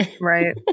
Right